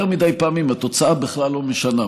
יותר מדי פעמים התוצאה בכלל לא משנה,